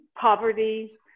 poverty